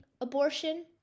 abortion